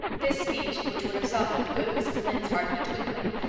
this speech which would have softened good mrs. lynde's heart in a twinkling,